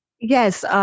Yes